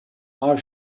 are